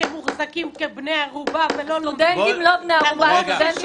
שמוחזקים כבני ערובה ולא לומדים ושילמו.